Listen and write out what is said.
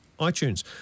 iTunes